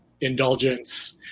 indulgence